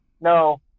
No